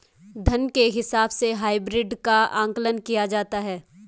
धन के हिसाब से हाइब्रिड का आकलन किया जाता है